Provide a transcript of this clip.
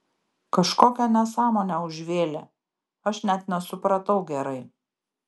kažkokią nesąmonę užvėlė aš net nesupratau gerai